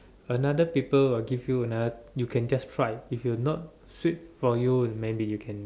another people will give you another you can just try if you not sweet for you maybe you can